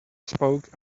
spoke